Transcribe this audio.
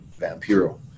vampiro